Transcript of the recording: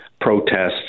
protests